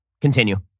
continue